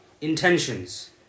intentions